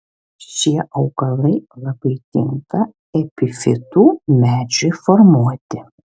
šie augalai labai tinka epifitų medžiui formuoti